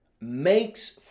makes